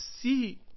see